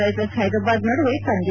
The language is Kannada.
ರೈಸರ್ಸ್ ಹೈದ್ರಾಬಾದ್ ನಡುವೆ ಪಂದ್ಯ